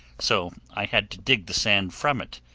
so i had to dig the sand from it,